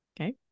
Okay